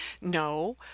No